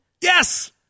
Yes